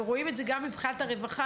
ורואים את זה גם מבחינת הרווחה,